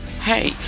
hey